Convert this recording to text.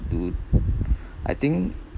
dude I think